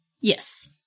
Yes